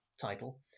title